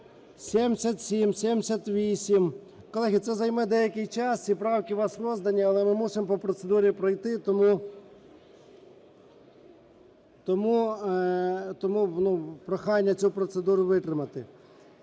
77, 78. Колеги, це займе деякий час, ці правки у вас роздані, але ми мусимо по процедурі пройти, тому, тому прохання цю процедуру витримати.